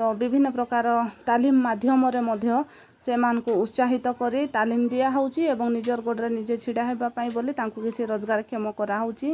ତ ବିଭିନ୍ନ ପ୍ରକାର ତାଲିମ ମାଧ୍ୟମରେ ମଧ୍ୟ ସେମାନଙ୍କୁ ଉତ୍ସାହିତ କରି ତାଲିମ ଦିଆହେଉଛି ଏବଂ ନିଜର ଗୋଡ଼ରେ ନିଜେ ଛିଡ଼ା ହେବା ପାଇଁ ବୋଲି ତାଙ୍କୁ କିଛି ସେ ରୋଜଗାରକ୍ଷମ କରାହେଉଛି